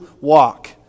walk